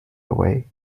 away